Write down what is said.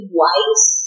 wise